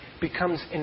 becomes